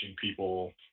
people